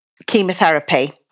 chemotherapy